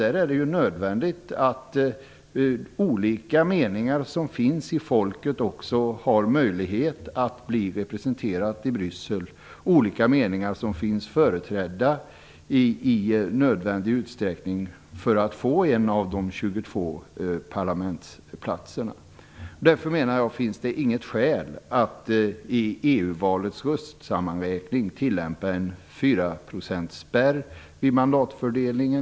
Det är nödvändigt att folk med olika meningar skall få en möjlighet att bli representerade i Bryssel. Olika meningar skall vara företrädda i en sådan omfattning att de kan tävla om de 22 platserna i parlamentet. Jag menar därför att det inte finns något skäl att i EU valets röstsammanräkning tillämpa fyraprocentsspärren vid mandatfördelningen.